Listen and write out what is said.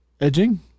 Edging